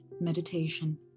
meditation